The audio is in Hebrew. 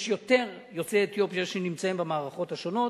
יש יותר יוצאי אתיופיה שנמצאים במערכות השונות.